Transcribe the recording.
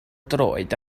droed